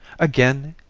again,